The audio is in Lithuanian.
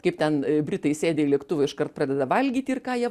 kaip ten britai įsėdę į lėktuvą iškart pradeda valgyti ir ką jie